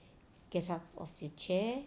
get up of the chair